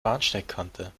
bahnsteigkante